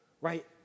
right